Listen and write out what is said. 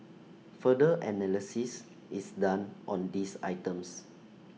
further analysis is done on these items